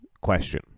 question